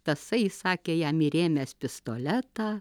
tasai įsakė jam įrėmęs pistoletą